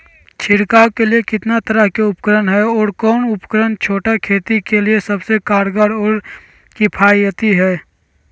छिड़काव के लिए कितना तरह के उपकरण है और कौन उपकरण छोटा खेत के लिए सबसे कारगर और किफायती है?